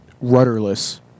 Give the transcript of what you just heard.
rudderless